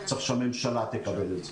צריך שהממשלה תקבל את זה.